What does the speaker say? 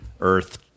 earth